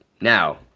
Now